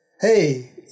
hey